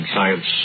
Science